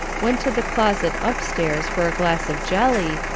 went to the closet up-stairs for a glass of jelly,